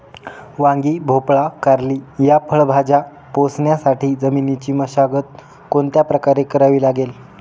वांगी, भोपळा, कारली या फळभाज्या पोसण्यासाठी जमिनीची मशागत कोणत्या प्रकारे करावी लागेल?